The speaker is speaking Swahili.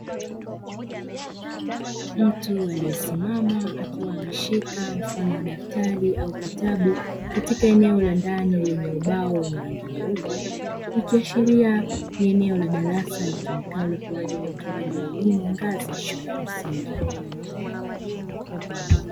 Mtu aliyesimama akiwa ameshika mfano wa daftari au kitabu katika eneo la ndani lenye ubao wenye rangi nyeupe, ikiashiria ni eneo la darasa litumikalo kwa ajili ya utoaji wa elimu wa ngazi ya shule ya msingi.